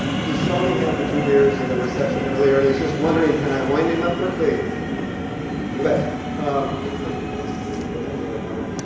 he saw me have the two beers in the reception earlier and he's just wondering can i wind him up quickly you bet. a um bionic prostrate what a great idea, robyn.